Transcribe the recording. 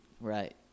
Right